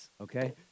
okay